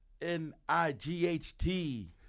N-I-G-H-T